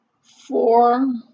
four